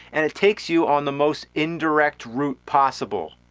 and it takes you on the most indirect route possible.